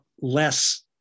less